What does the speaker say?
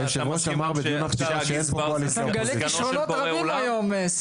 אתה מגלה כישרונות רבים היום, סימון.